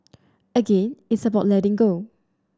again it's about letting go